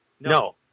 No